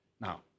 Now